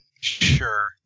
Sure